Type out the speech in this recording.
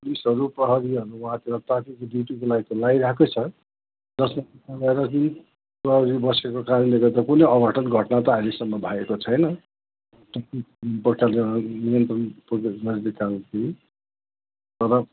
पुलिसहरू प्रहरीहरू ट्राफिकको ड्युटीको लागि त लगाइरहेकै छ जसमा बसेको कारणले गर्दा कुनै अघटन घटना त अहिलेसम्म भएको छैन कतिपल्ट तर